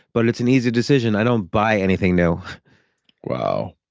but it's an easy decision. i don't buy anything new wow,